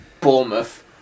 Bournemouth